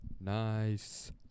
Nice